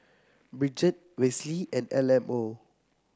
Bridgett Wesley and Imo